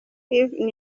even